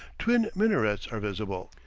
twin minarets are visible,